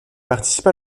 participe